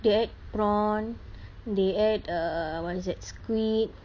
they add prawn they add err what is that